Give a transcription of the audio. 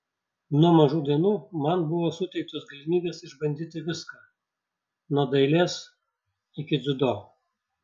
nuo mažų dienų man buvo suteiktos galimybės išbandyti viską nuo dailės iki dziudo